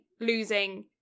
losing